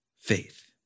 faith